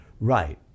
Right